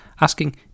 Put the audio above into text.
asking